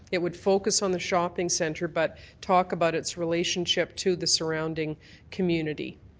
it would focus on the shopping centre, but talk about its relationship to the surrounding community.